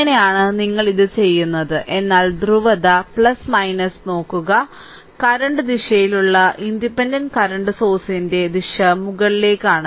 ഇങ്ങനെയാണ് ഞങ്ങൾ ഇത് ചെയ്യുന്നത് എന്നാൽ ധ്രുവത നോക്കുക കറന്റ് ദിശയിലുള്ള ഇൻഡിപെൻഡന്റ് കറന്റ് സോഴ്സ്ഇന്റെ ദിശ മുകളിലേക്കാണ്